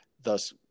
thus